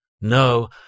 No